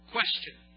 Question